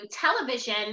television